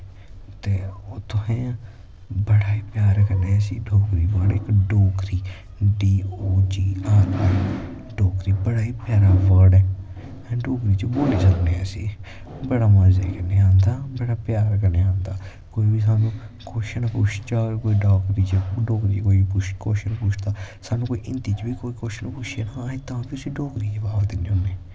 ते तुसें बड़ा गै प्यार कन्नै इसी डोगरी बर्ड़ इक Dogri D O G R I Dogri बड़ा ई प्यारा बर्ड़ ऐ अस डोगरी च बोल्ली जा ने आं इसी बड़ा मज़े कन्नै आंदा बड़ा प्यार कन्नै आंदा कोई बी साह्नू कुछ ना कुछ कोई डोगरी च कोई कुछ कवशचन पुथदा साह्नू कोई हिन्दी च बी कवशचन पुछै ते अस तां बी उसी डोगरी च जबाब दिन्ने होने